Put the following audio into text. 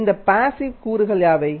அந்த பேசிவ் கூறுகள் யாவை